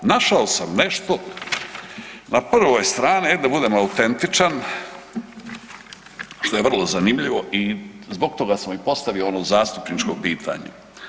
Našao sam nešto na prvoj strani, evo da budem autentičan, što je vrlo zanimljivo i zbog toga sam i postavio ono zastupničko pitanje.